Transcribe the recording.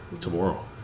tomorrow